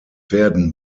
werden